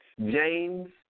James